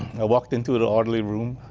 i walked into ah orderly room.